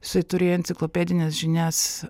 jisai turėjo enciklopedines žinias